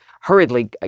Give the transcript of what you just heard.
hurriedly